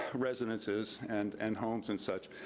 residences and and homes and such.